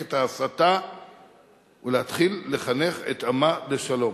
את ההסתה ולהתחיל לחנך את עמה לשלום.